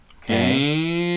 Okay